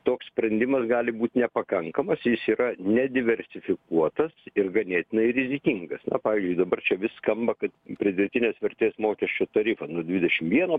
toks sprendimas gali būt nepakankamas jis yra nediversifikuotas ir ganėtinai rizikingas na pavyzdžiui dabar čia vis skamba kad pridėtinės vertės mokesčio tarifą nuo dvidešim vieno